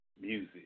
music